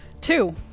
Two